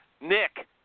Nick